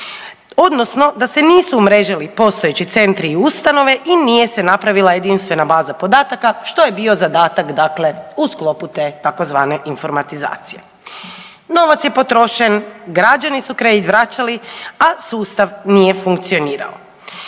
odnosno da se nisu umrežili postojeći centri i ustanove i nije se napravila jedinstvena baza podataka, što je bio zadatak dakle u sklopu te tzv. informatizacije. Novac je potrošen, građani su kredit vraćali, a sustav nije funkcionirao.